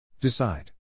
Decide